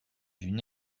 une